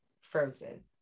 frozen